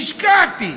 השקעתי,